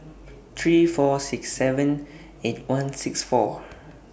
three four six seven eight one six four